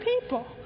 people